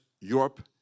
Europe